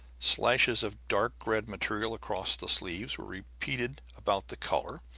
slashes of dark-red material across the sleeves were repeated about the collar,